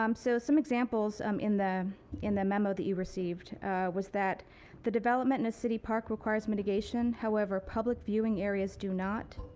um so some examples um in the in the memo that you received was that the development in the city park requires mitigation. however, public viewing areas do not.